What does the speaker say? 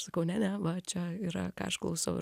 sakau ne ne va čia yra ką aš klausau ir